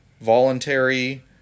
voluntary